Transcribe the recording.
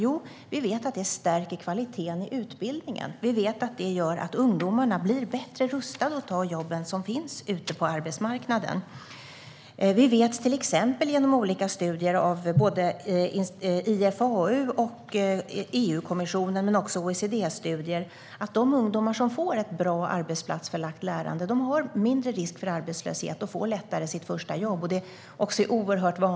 Svaret är att vi vet att det stärker kvaliteten i utbildningen. Vi vet att det gör ungdomarna bättre rustade att ta de jobb som finns ute på arbetsmarknaden. Vi vet till exempel genom olika studier av såväl IFAU och EU-kommissionen som OECD att de ungdomar som får ett bra arbetsplatsförlagt lärande löper mindre risk för arbetslöshet och har lättare att få sitt första jobb.